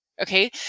Okay